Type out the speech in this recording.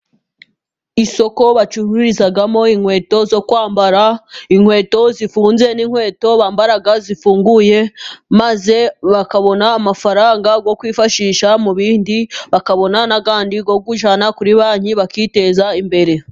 Isoko bacururizamo inkweto zo kwambara. Inkweto zifunze n'inkweto bambara zifunguye, maze bakabona amafaranga yo kwifashisha mu bindi, bakabona n'andi yo kujyana kuri banki bakiteza imbere.